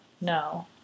no